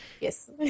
Yes